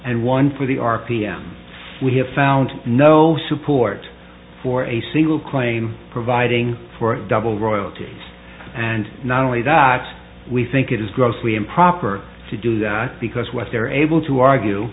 and one for the r p m we have found no support for a single claim providing for double royalty and not only that we think it is grossly improper to do that because what they're able to argue